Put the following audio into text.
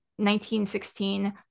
1916